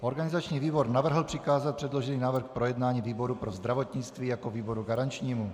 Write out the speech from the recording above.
Organizační výbor navrhl přikázat předložený návrh k projednání výboru pro zdravotnictví jako výboru garančnímu.